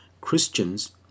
Christians